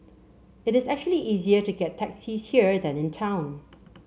it is actually easier to get taxis here than in town